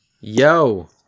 Yo